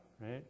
right